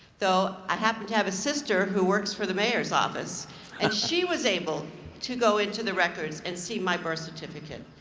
though i happen to have a sister who works for the mayor's office and she was able to go into the records and see my birth certificate.